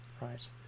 Right